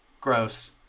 gross